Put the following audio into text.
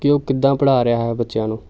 ਕਿ ਉਹ ਕਿੱਦਾਂ ਪੜ੍ਹਾ ਰਿਹਾ ਹੈ ਬੱਚਿਆਂ ਨੂੰ